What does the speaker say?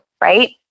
right